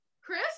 Chris